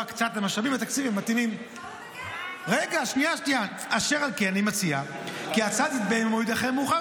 עמדת המשרד היא כי אכן יש מקום לבצע בחינה מעמיקה